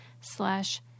slash